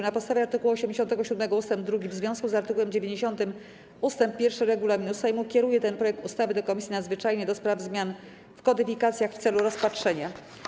Na podstawie art. 87 ust. 2 w związku z art. 90 ust. 1 regulaminu Sejmu kieruję ten projekt ustawy do Komisji Nadzwyczajnej do spraw zmian w kodyfikacjach w celu rozpatrzenia.